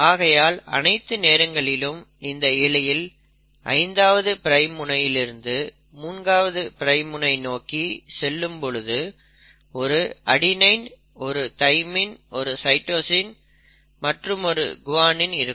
ஆகையால் அனைத்து நேரங்களிலும் இந்த இழையில் 5ஆவது பிரைம் முனையிலிருந்து 3ஆவது பிரைம் முனை நோக்கி செல்லும்பொழுது ஒரு அடெனின் ஒரு தைமைன் ஓரு சைட்டோசின் மற்றுமொரு குவானின் இருக்கும்